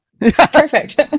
perfect